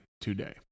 today